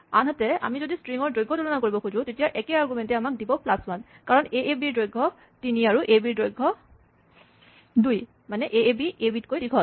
আনহাতে আমি যদি ষ্ট্ৰিঙৰ দৈৰ্ঘ তুলনা কৰিব খুজোঁ তেতিয়া একেই আৰগুমেন্টেই আমাক দিব প্লাছ ৱান কাৰণ এএবি ৰ দৈৰ্ঘ তিনি আৰু ই এবি তকৈ দীঘল